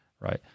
Right